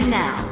now